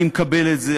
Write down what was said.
אני מקבל את זה,